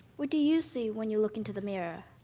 what do you see when you look into the mirror?